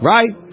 Right